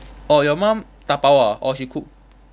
orh your mum dabao ah or she cook